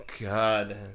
God